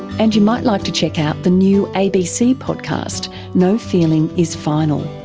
and you might like to check out the new abc podcast no feeling is final.